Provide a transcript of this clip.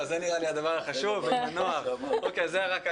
זו הייתה אנקדוטה לא קשורה.